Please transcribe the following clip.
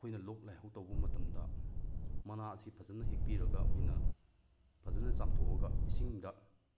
ꯑꯩꯈꯣꯏꯅ ꯂꯣꯛ ꯂꯥꯏꯍꯧ ꯇꯧꯕ ꯃꯇꯝꯗ ꯃꯅꯥ ꯑꯁꯤ ꯐꯖꯅ ꯍꯦꯛꯄꯤꯔꯒ ꯑꯩꯈꯣꯏꯅ ꯐꯖꯅ ꯆꯥꯝꯊꯣꯛꯑꯒ ꯏꯁꯤꯡꯗ